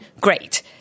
great